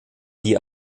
die